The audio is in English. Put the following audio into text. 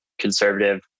conservative